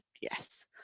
yes